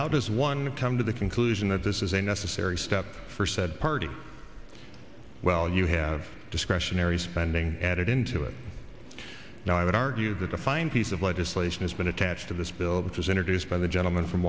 how does one come to the conclusion that this is a necessary step for said party well you have discretionary spending added into it now i would argue that a fine piece of legislation has been attached to this bill that was introduced by the gentleman from